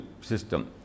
system